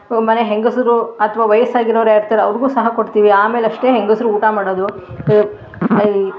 ಮನೆ ಹೆಂಗಸರು ಅಥ್ವಾ ವಯಸ್ಸಾಗಿರೋವ್ರು ಯಾರು ಇರ್ತಾರೆ ಅವ್ರಿಗೂ ಸಹ ಕೊಡ್ತೀವಿ ಆಮೇಲಷ್ಟೇ ಹೆಂಗಸ್ರು ಊಟ ಮಾಡೋದು